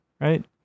right